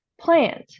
plant